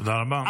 תודה רבה.